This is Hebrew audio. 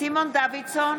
סימון דוידסון,